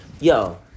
Yo